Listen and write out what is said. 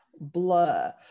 Blur